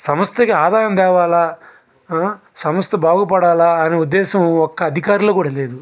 సంస్థకి ఆదాయం తేవాలా సంస్థ బాగుపడాలా అని ఉద్దేశం ఒక్క అధికారిలో కూడా లేదు